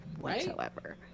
whatsoever